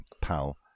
pal